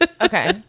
Okay